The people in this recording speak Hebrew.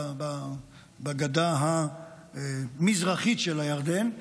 בגדה המזרחית של הירדן,